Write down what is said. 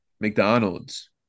McDonald's